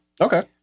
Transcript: Okay